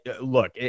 look